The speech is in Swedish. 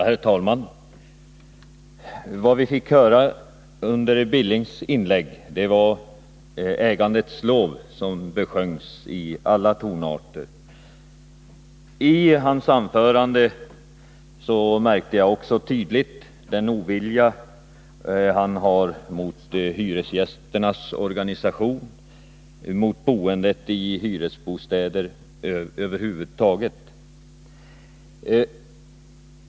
Herr talman! Vad vi fick höra i Knut Billings inlägg var ägandets lov, som besjöngs i alla tonarter. I hans anförande märkte jag också tydligt den ovilja han har mot hyresgästernas organisation, mot boendet i hyresbostäder över huvud taget.